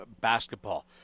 basketball